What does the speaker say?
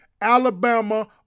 Alabama